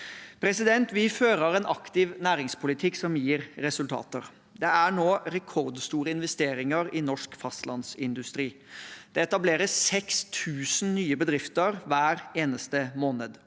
Vi fører en aktiv næringspolitikk som gir resultater. Det er nå rekordstore investeringer i norsk fastlandsindustri. Det etableres 6 000 nye bedrifter hver eneste måned.